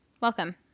welcome